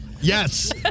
Yes